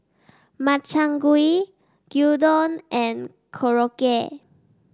Makchang Gui Gyudon and Korokke